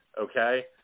okay